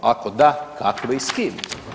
Ako da, kakve i s kim.